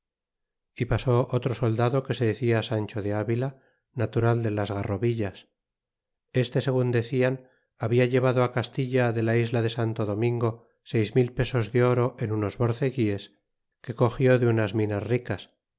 y pasó otro soldado que se decia sancho de avila natural de las garrobillas este segun decian habia llevado castilla de la isla de santo domingo seis mil pesos de oro en unos borceguíes que cogió de unas minas ricas